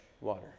water